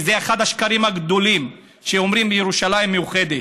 זה אחד השקרים הגדולים שאומרים "ירושלים מאוחדת".